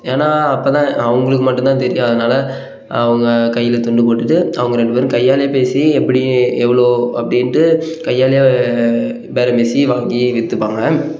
ஏன்னா அப்போ தான் அவங்களுக்கு மட்டுந்தான் தெரியும் அதனால் அவங்க கையில் துண்டு போட்டுட்டு அவங்க ரெண்டு பேரும் கையாலேயே பேசி எப்படி எவ்வளோ அப்படின்ட்டு கையாலே பேரம் பேசி வாங்கி விற்றுப்பாங்க